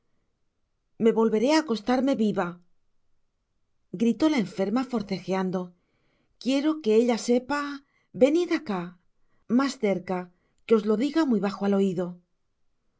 me volveré á acostarme viva gritó la enferma forcejando quiero que ella sepa venid acá mas ce rea que os h diga muy bajo al oido